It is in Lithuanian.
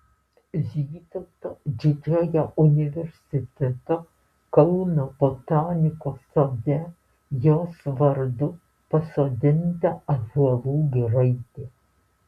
vytauto didžiojo universiteto kauno botanikos sode jos vardu pasodinta ąžuolų giraitė